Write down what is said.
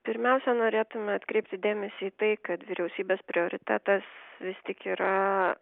pirmiausia norėtume atkreipti dėmesį į tai kad vyriausybės prioritetas vis tik yra